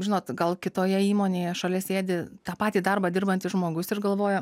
žinot gal kitoje įmonėje šalia sėdi tą patį darbą dirbantis žmogus ir galvojama